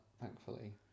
thankfully